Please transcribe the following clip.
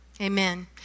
Amen